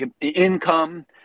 income